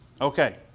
Okay